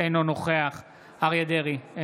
אינו נוכח אריה מכלוף דרעי,